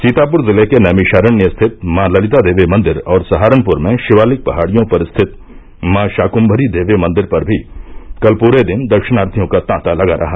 सीतापुर जिले के नैमियषारण स्थित मॉ ललिता देवी मंदिर और सहारनपुर में शिवालिक पहाड़ियों पर स्थित मॉ शाकुम्मरी देवी मंदिर पर भी कल पूरे दिन दर्शनार्थियों का तांता लगा रहा